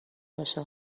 باشه